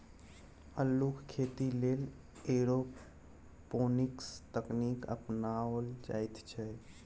अल्लुक खेती लेल एरोपोनिक्स तकनीक अपनाओल जाइत छै